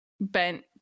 bent